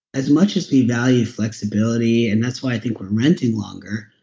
as much as we value flexibility, and that's why i think we're renting longer,